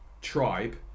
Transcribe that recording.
tribe